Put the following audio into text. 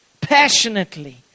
passionately